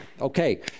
Okay